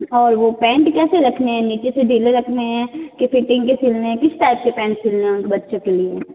और वो पैन्ट कैसे रखने हैं नीचे से ढीले रखने हैं कि फिटिंग के सिलने है किस टाइप के पैन्ट सिलने है उनके बच्चों के लिए